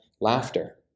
Laughter